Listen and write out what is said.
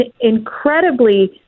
incredibly